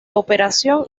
operación